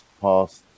past